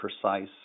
precise